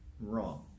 wrong